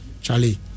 Charlie